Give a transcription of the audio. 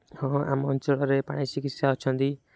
ହଁ ଆମ ଅଞ୍ଚଳରେ ପ୍ରାଣି ଚିକିତ୍ସା ଅଛନ୍ତି